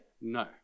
No